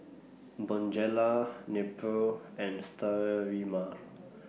Bonjela Nepro and Sterimar